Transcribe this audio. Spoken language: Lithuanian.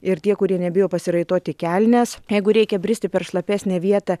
ir tie kurie nebijo pasiraitoti kelnes jeigu reikia bristi per šlapesnę vietą